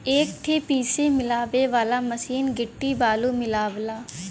एक ठे पीसे मिलावे वाला मसीन गिट्टी बालू मिलावला